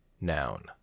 Noun